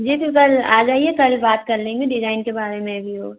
जी फिर कल आ जाइए कल बात कर लेंगे डिजाइन के बारे में भी और